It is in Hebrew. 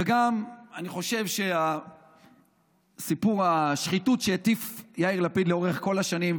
וגם אני חושב שסיפור השחיתות שעליו הטיף יאיר לפיד לאורך כל השנים,